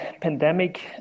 pandemic